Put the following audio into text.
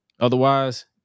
Otherwise